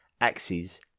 axes